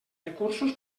recursos